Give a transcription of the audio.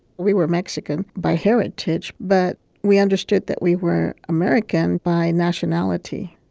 we were mexican by heritage, but we understood that we were american by nationality.